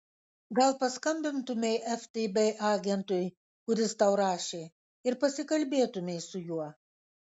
gal paskambintumei ftb agentui kuris tau rašė ir pasikalbėtumei su juo